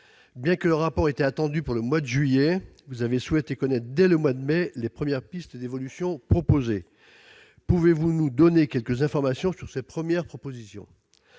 Alors que le rapport était attendu pour le mois de juillet, vous avez souhaité connaître dès le mois de mai les premières pistes d'évolution proposées. Pouvez-vous nous donner quelques informations sur ces premières propositions ?